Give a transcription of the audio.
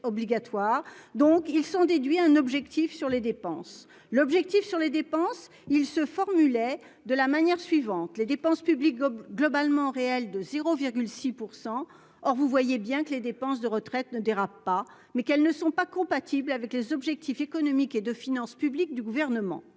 obligatoire, donc il s'en déduit un objectif sur les dépenses, l'objectif sur les dépenses. Il se formulait de la manière suivante, les dépenses publiques globalement réel de 0 6 %, or vous voyez bien que les dépenses de retraite ne dérape pas, mais qu'elles ne sont pas compatibles avec les objectifs économiques et de finances publiques du gouvernement